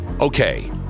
Okay